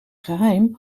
geheim